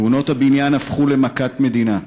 תאונות הבניין הפכו למכת מדינה.